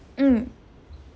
mm